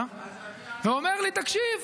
-- אז אני עניתי ----- ואומר לי: תקשיב,